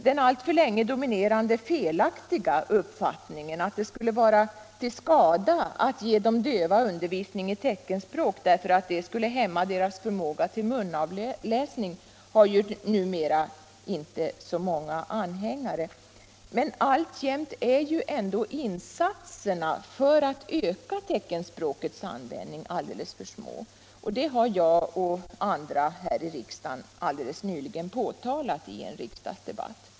Den alltför länge dominerande felaktiga uppfattningen — att det skulle vara till skada att ge döva undervisning i teckenspråk därför att det skulle hämma deras förmåga till munavläsning — har numera inte så många anhängare. Men alltjämt är ändå insatserna för att öka teckenspråkets användning alldeles för små. Det har jag och andra nyligen påtalat i en riksdagsdebatt.